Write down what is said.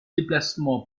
déplacement